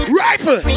rifle